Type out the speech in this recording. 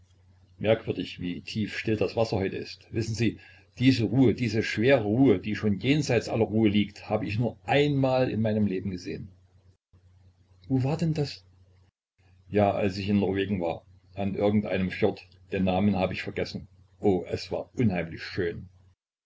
merkwürdig wie tief still das wasser heute ist wissen sie diese ruhe diese schwere ruhe die schon jenseits aller ruhe liegt hab ich nur noch einmal in meinem leben gesehen wo war denn das ja als ich in norwegen war an irgend einem fjord den namen hab ich vergessen o es war unheimlich schön